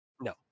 No